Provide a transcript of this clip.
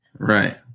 Right